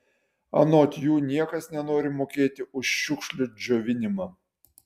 anot jų niekas nenori mokėti už šiukšlių džiovinimą